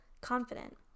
confident